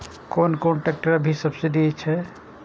कोन कोन ट्रेक्टर अभी सब्सीडी छै?